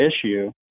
issue